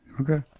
Okay